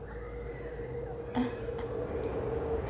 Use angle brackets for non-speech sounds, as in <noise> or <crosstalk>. <breath> <laughs>